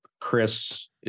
Chris